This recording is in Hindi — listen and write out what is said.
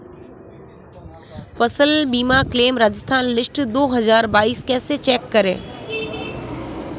फसल बीमा क्लेम राजस्थान लिस्ट दो हज़ार बाईस कैसे चेक करें?